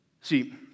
See